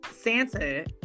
Santa